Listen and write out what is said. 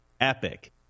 epic